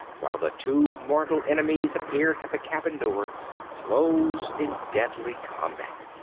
while the two mortal enemies appeared at the cabin door closed in deadly combat.